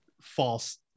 False